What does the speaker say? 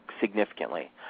significantly